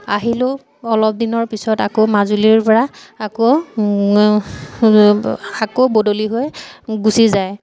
আহিলেও অলপ দিনৰ পিছত আকৌ মাজুলীৰ পৰা আকৌ আকৌ বদলি হৈ গুচি যায়